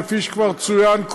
כפי שכבר צוין,